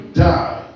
die